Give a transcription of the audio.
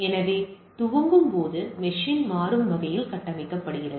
எனவே துவக்கும்போது மெஷின் மாறும் வகையில் கட்டமைக்கப்படுகிறது